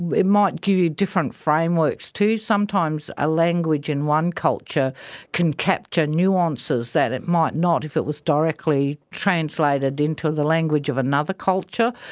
it might give you different frameworks too. sometimes a language in one culture can capture nuances that it might not if it was directly translated into the language of another culture.